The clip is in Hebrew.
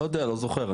לא יודע, לא זוכר.